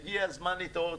הגיע הזמן להתעורר.